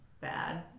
bad